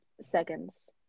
seconds